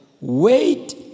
wait